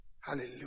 Hallelujah